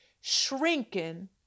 Shrinking